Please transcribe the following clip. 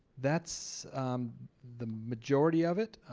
that's the majority of it.